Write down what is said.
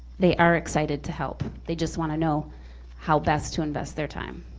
they are excited to help. they just wanna know how best to invest their time.